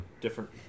different